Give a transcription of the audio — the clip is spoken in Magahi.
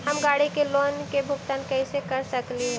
हम गाड़ी के लोन के भुगतान कैसे कर सकली हे?